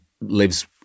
lives